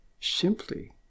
simply